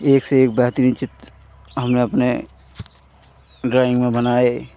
एक से एक बेहतरीन चित्र हमने अपने ड्राइन्ग में बनाए